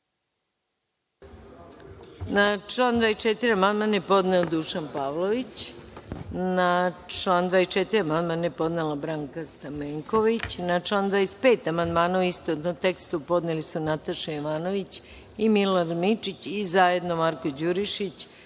Na član 24. amandman je podneo Dušan Pavlović. Na član 24. amandman je podnela Branka Stamenković. Na član 25. amandmane u istovetnom tekstu podneli su Nataša Jovanović i Milorad Mirčić i zajedno narodni